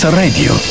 radio